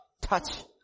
touch